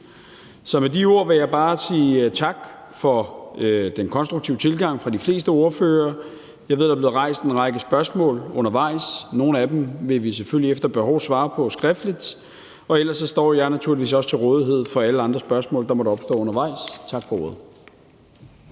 Så med de ord vil jeg bare sige tak for den konstruktive tilgang fra de fleste ordførere. Jeg ved, der er blevet rejst en række spørgsmål undervejs. Nogle af dem vil vi selvfølgelig efter behov svare på skriftligt, og ellers står jeg naturligvis også til rådighed for alle andre spørgsmål, der måtte opstå undervejs. Tak for ordet.